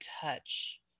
touch